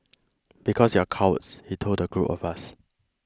because you are cowards he told the group of us